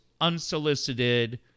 unsolicited